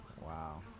Wow